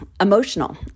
emotional